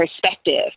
perspective